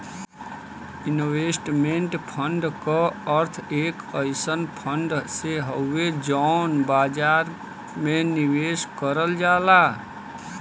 investment fund क अर्थ एक अइसन फण्ड से हउवे जौन बाजार में निवेश करल जाला